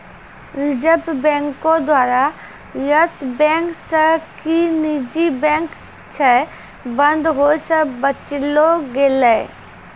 reserve बैंको द्वारा Yes Bank जे कि निजी बैंक छै, बंद होय से बचैलो गेलै